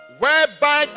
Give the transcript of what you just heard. whereby